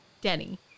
Denny